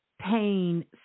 pain